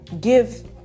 give